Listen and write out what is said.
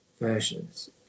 versions